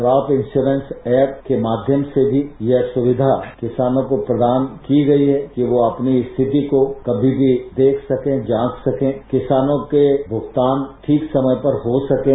crop insurance app के माध्यम से यह सुक्षिा किसानों को प्रदान की गई हैं कि वो अपनी स्थिति को कमी भी देख सकें जांच सकें किसानों के भुगतान ठीक समय पर हो सकें